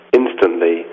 instantly